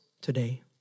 today